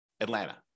Atlanta